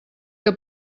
que